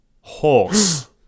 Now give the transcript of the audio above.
horse